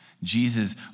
Jesus